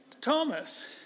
Thomas